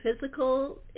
physical